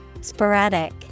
Sporadic